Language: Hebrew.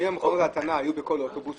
אם מכונות הטענה היו בכל אוטובוס,